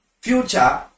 future